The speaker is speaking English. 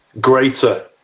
greater